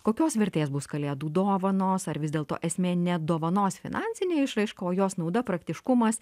kokios vertės bus kalėdų dovanos ar vis dėlto esmė ne dovanos finansinė išraiška o jos nauda praktiškumas